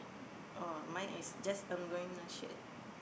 oh mine is just I'm going to shit